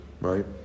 right